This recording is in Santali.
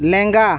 ᱞᱮᱸᱜᱟ